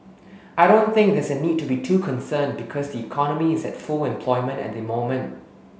I don't think there's a need to be too concerned because the economy is at full employment at the moment